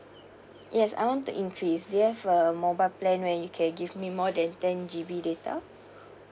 yes I want to increase do you have a mobile plan where you can give me more than ten G_B data